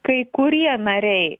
kai kurie nariai